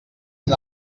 han